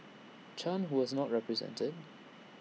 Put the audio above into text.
chan who was not represented